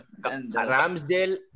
Ramsdale